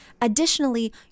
Additionally